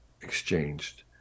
exchanged